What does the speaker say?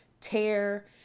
tear